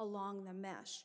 along the mess